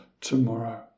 tomorrow